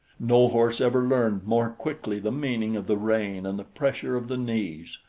no horse ever learned more quickly the meaning of the rein and the pressure of the knees.